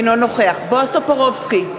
אינו נוכח בועז טופורובסקי,